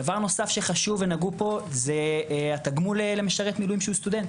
דבר נוסף חשוב שנגעו פה הוא התגמול למשרתי המילואים שהם סטודנטים.